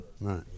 Right